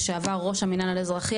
לשעבר ראש המנהל האזרחי,